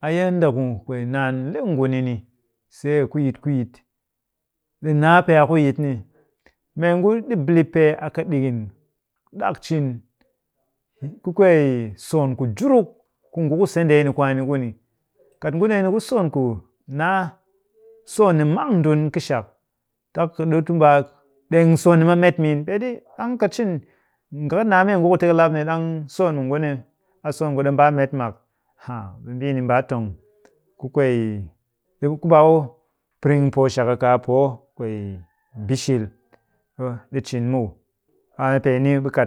a yanda kwee naan le nguni ni see ku yit ku yit. ɗi naa pee a ku yit ni. Meengu ɗi bilip pee a kɨ ɗikin. ɗakcin ku kwee soon ku juruk ku nguku sende ni kwaani kuni. Kat ngu ndeeni ku soon ku naa soon ni mang ndun kɨshak, tap kɨ ɗi tu mbaa, ɗeng soon ni soon ni maa met miin. Peeɗi ɗang ka cin, nga kɨ naa meengu ka te ka lap ni ɗang soon mu nguni, soom mu nguni mbaa met mak, huh! Ɓe mbii ni mbaa tong. ku kwee ku mbaa ku piring poo shak a kaa poo kwee bishil. ɗi cin muw. A peeni ɓe kat.